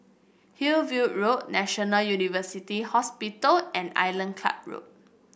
Hillview Road National University Hospital and Island Club Road